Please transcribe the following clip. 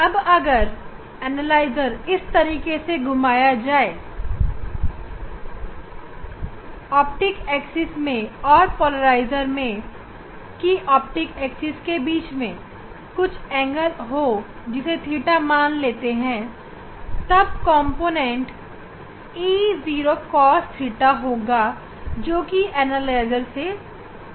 अब अगर एनालाइजर इस तरीके से घुमाया जाए कि उसकी ऑप्टिकल एक्सिस में और पोलराइजर की ऑप्टिकल एक्सिस के बीच में कुछ एंगल हो जिसे थीटा मान लेते हैं तब कॉम्पोनेंट e 0 cos theta होगा जोकि एनालाइजर से पास करेगा